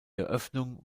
eröffnung